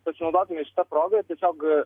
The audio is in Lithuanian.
pasinaudodami šita proga tiesiog